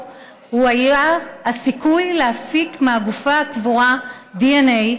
היו הסיכוי להפיק מהגופה הקבורה דנ"א,